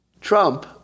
Trump